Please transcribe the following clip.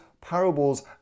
Parables